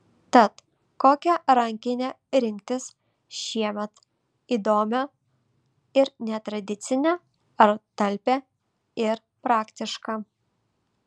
tad kokią rankinę rinktis šiemet įdomią ir netradicinę ar talpią ir praktišką